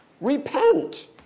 Repent